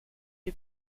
les